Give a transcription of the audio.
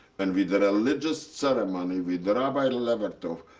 and with a religious ceremony, with rabbi levertov,